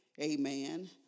Amen